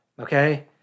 okay